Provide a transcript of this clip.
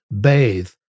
bathe